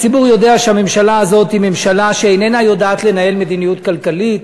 הציבור יודע שהממשלה הזאת היא ממשלה שאיננה יודעת לנהל מדיניות כלכלית.